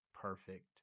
perfect